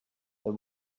they